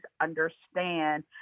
understand